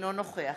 אינו נוכח